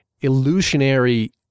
illusionary